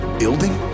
building